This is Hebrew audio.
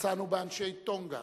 מצאנו באנשי טונגה